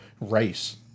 race